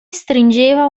stringeva